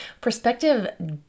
perspective